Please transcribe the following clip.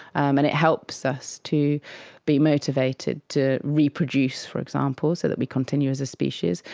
and it helps us to be motivated to reproduce, for example, so that we continue as a species,